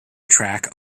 track